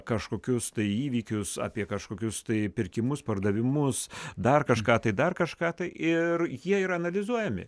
kažkokius tai įvykius apie kažkokius tai pirkimus pardavimus dar kažką tai dar kažką tai ir jie yra analizuojami